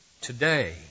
today